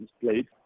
played